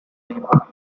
name